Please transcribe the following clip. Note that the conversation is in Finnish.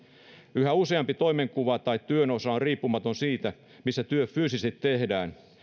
yhä useampi toimenkuva tai työn osa on riippumaton siitä missä työ fyysisesti tehdään